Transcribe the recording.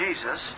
Jesus